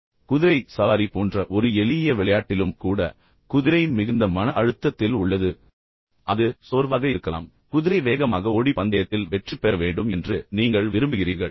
உதாரணமாக குதிரை சவாரி போன்ற ஒரு எளிய விளையாட்டிலும் கூட குதிரை மிகுந்த மன அழுத்தத்தில் உள்ளது ஒருவேளை அது சோர்வாக இருக்கலாம் ஆனால் குதிரை வேகமாக ஓடி பந்தயத்தில் வெற்றி பெற வேண்டும் என்று நீங்கள் விரும்புகிறீர்கள்